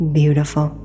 beautiful